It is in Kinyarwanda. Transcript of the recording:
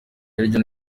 hirya